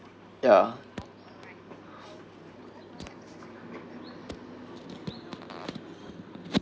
ya